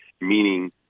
Meaning